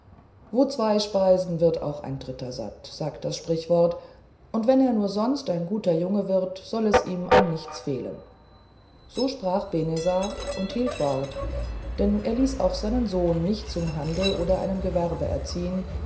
wo zwei speisen wird auch ein dritter satt sagt das sprichwort und wenn er nur sonst ein guter junge wird soll es ihm an nichts fehlen so sprach benezar und hielt wort denn er ließ auch seinen sohn nicht zum handel oder einem gewerbe erziehen